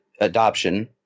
adoption